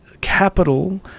capital